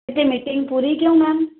हिते मीटिंग पूरी कयूं मैम